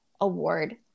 award